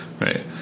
Right